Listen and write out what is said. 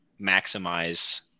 maximize